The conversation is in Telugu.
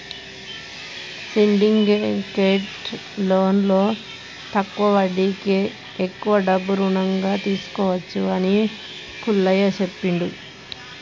సిండికేట్ లోన్లో తక్కువ వడ్డీకే ఎక్కువ డబ్బు రుణంగా తీసుకోవచ్చు అని పుల్లయ్య చెప్పిండు